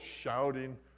shouting